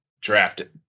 drafted